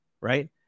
Right